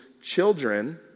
children